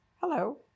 Hello